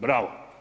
Bravo.